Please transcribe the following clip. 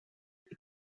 but